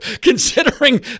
considering